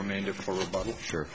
remainder for sure